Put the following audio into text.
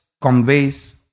conveys